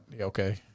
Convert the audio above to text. okay